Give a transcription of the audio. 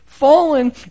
fallen